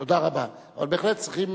תודה רבה, אבל באמת צריכים,